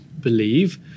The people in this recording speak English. believe